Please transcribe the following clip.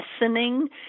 lessening